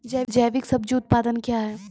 जैविक सब्जी उत्पादन क्या हैं?